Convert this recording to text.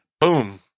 Boom